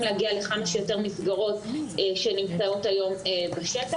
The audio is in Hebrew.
להגיע לכאן יותר מסגרות שנמצאות היום בשטח,